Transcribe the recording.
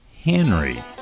Henry